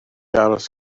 aros